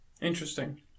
Interesting